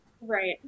Right